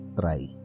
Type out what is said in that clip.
try